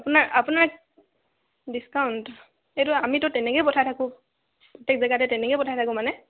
আপোনাৰ আপোনাৰ ডিছকাউণ্ট এইটো আমিতো তেনেকেই পঠাই থাকোঁ প্ৰত্যেক জেগাতে তেনেকেই পঠাই থাকোঁ মানে